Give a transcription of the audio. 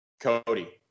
Cody